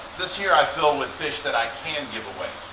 this here i fill with fish that i can give away.